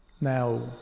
now